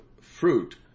fruit